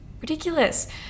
ridiculous